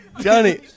Johnny